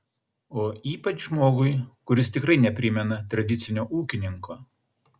o ypač žmogui kuris tikrai neprimena tradicinio ūkininko